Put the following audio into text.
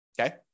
Okay